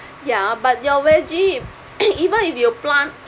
ya but your veggie even if you plant